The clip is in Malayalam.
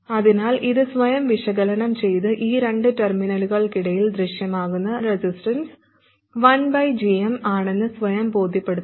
അതിനാൽ ഇത് സ്വയം വിശകലനം ചെയ്ത് ഈ രണ്ട് ടെർമിനലുകൾക്കിടയിൽ ദൃശ്യമാകുന്ന റെസിസ്റ്റൻസ് 1 gm ആണെന്ന് സ്വയം ബോധ്യപ്പെടുത്തുക